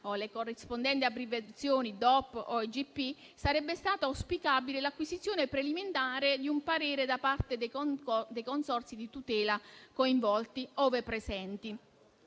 con le corrispondenti abbreviazioni DOP o IGP, sarebbe stata auspicabile l'acquisizione preliminare di un parere da parte dei Consorzi di tutela coinvolti, ove presenti: